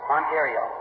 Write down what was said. Ontario